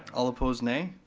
all opposed, nay.